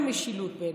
מהי משילות בעיניי?